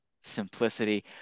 simplicity